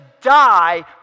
die